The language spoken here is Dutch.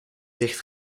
ligt